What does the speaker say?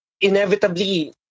inevitably